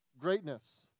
Greatness